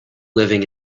living